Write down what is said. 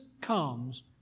comes